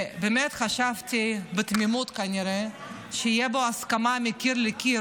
שחשבתי בתמימות שכנראה תהיה בו הסכמה מקיר לקיר,